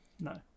No